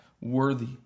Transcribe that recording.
worthy